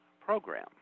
program